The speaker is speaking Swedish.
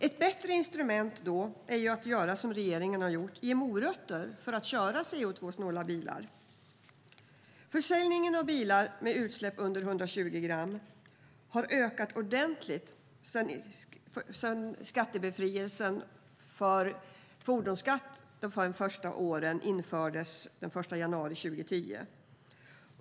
Ett bättre instrument är att som regeringen har gjort ge morötter för att man ska köra CO2-snåla bilar. Försäljningen av bilar med utsläpp under 120 gram har ökat ordentligt sedan befrielse från fordonsskatt under de första åren infördes den 1 januari 2010.